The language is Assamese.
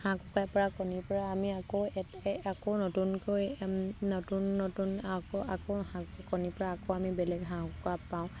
হাঁহ কুকুৰাৰ পৰা কণীৰ পৰা আমি আকৌ আকৌ নতুনকৈ নতুন নতুন আকৌ আকৌ হাঁহ কণীৰ পৰা আকৌ আমি বেলেগ হাঁহ কুকুৰা পাওঁ